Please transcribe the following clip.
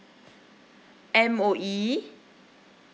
M_O_E